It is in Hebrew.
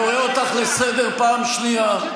רק --- אני קורא אותך לסדר פעם שנייה.